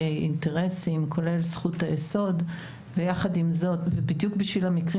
אינטרסים כולל זכות היסוד ויחד עם זאת בדיוק בשביל המקרים